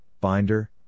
binder